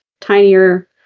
tinier